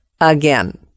again